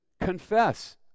confess